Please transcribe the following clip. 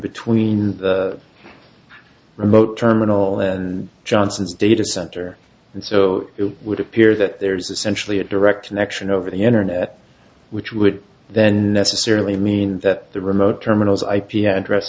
between remote terminal and johnson's data center and so it would appear that there's essentially a direct connection over the internet which would then necessarily mean that the remote terminals ip address